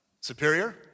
Superior